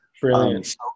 Brilliant